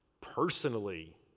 personally